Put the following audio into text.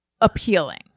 appealing